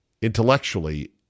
intellectually